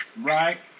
right